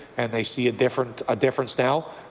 and they see a different a difference now,